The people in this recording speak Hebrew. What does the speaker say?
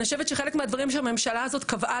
אני חושבת שחלק מהדברים שהממשלה הזאת קבעה